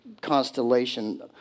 constellation